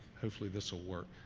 hopefully this will work?